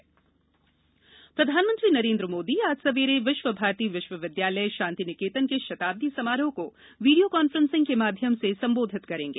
प्रधानमंत्री विश्वभारती प्रधानमंत्री नरेन्द्र मोदी आज सवेरे विश्व भारती विश्वविद्यालय शांति निकेतन के शताब्दी समारोह को वीडियो कॉन्फ्रेंसिंग के माध्यम से सम्बोधित करेंगे